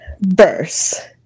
verse